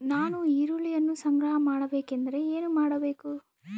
ನಾನು ಈರುಳ್ಳಿಯನ್ನು ಸಂಗ್ರಹ ಮಾಡಬೇಕೆಂದರೆ ಏನು ಮಾಡಬೇಕು?